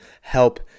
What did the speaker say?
help